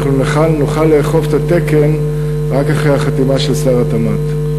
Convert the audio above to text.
נוכל לאכוף את התקן רק אחרי החתימה של שר התמ"ת.